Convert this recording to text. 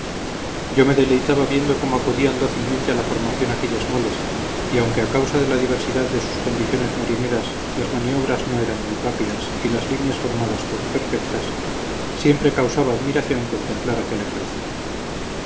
yo me deleitaba viendo cómo acudían dócilmente a la formación aquellas moles y aunque a causa de la diversidad de sus condiciones marineras las maniobras no eran muy rápidas y las líneas formadas poco perfectas siempre causaba admiración contemplar aquel ejercicio